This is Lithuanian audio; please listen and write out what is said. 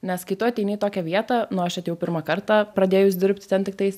nes kai tu ateini į tokią vietą nu aš atėjau pirmą kartą pradėjus dirbti ten tiktais